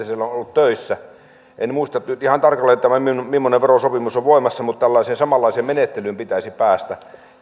töissä en muista nyt ihan tarkalleen mimmoinen verosopimus on voimassa mutta tällaiseen samanlaiseen menettelyyn pitäisi päästä